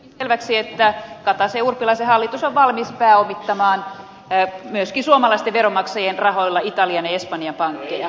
tuli selväksi että kataisenurpilaisen hallitus on valmis pääomittamaan myöskin suomalaisten veronmaksajien rahoilla italian ja espanjan pankkeja